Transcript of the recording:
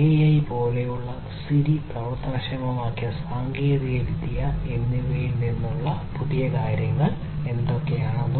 AI പോലുള്ള Siri പ്രവർത്തനക്ഷമമാക്കിയ സാങ്കേതികവിദ്യകൾ എന്നിവയിൽ വന്ന പുതിയ കാര്യങ്ങൾ എന്തൊക്കെയാണ്